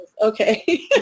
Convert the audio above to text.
Okay